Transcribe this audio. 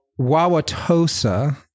Wauwatosa